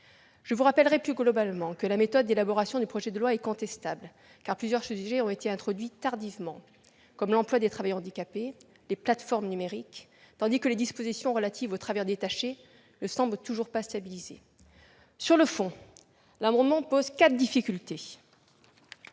je vous rappelle que la méthode retenue pour élaborer ce projet de loi est contestable, car plusieurs sujets ont été introduits tardivement, comme l'emploi des travailleurs handicapés, les plateformes numériques, tandis que les dispositions relatives aux travailleurs détachés ne semblent toujours pas stabilisées. Sur le fond, l'amendement pose quatre difficultés.